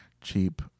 cheap